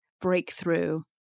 breakthrough